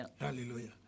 Hallelujah